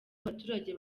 abaturage